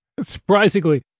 surprisingly